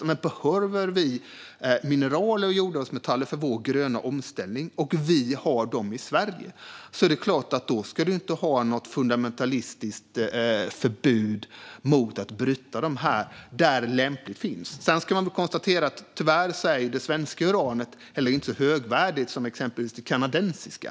Behöver vi mineral och jordartsmetaller för vår gröna omställning och vi har dem i Sverige ska vi inte ha något fundamentalistiskt förbud mot att bryta dem här där det är lämpligt. Sedan ska man konstatera att det svenska uranet tyvärr inte är så högvärdigt som till exempel det kanadensiska.